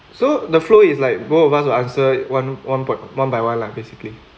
so the flow is like both of us will answer one one one by one lah basically